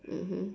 mmhmm